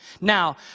Now